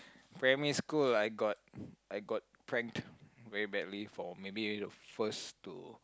primary school I got I got pranked very badly for maybe first to